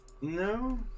no